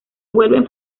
vuelven